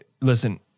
listen